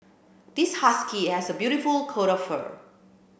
this husky has a beautiful coat of fur